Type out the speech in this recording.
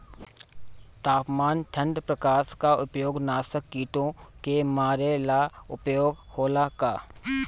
तापमान ठण्ड प्रकास का उपयोग नाशक कीटो के मारे ला उपयोग होला का?